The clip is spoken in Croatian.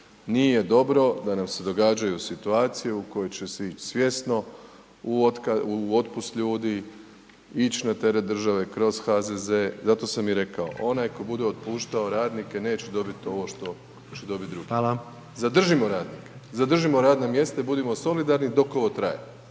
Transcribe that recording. nije dobro da nam se događaju situacije u kojoj će svi ić svjesno u otpust ljudi, ić na teret države kroz HZZ. Zato sam i rekao, onaj ko bude otpuštao radnike neće dobit ovo što, što će dobit drugi. …/Upadica: Hvala/… Zadržimo radnike, zadržimo radna mjesta i budimo solidarni dok ovo traje.